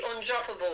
undroppable